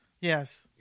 Yes